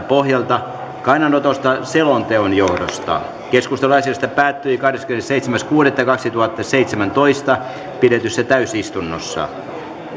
pohjalta kannanotosta selonteon johdosta keskustelu asiasta päättyi kahdeskymmenesseitsemäs kuudetta kaksituhattaseitsemäntoista pidetyssä täysistunnossa